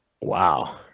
Wow